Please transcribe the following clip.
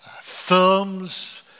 films